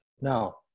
Now